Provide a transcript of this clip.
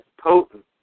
potent